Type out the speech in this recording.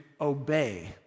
obey